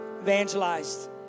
evangelized